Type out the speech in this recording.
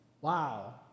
Wow